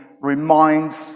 reminds